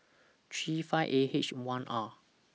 three five A H one R